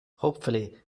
hopefully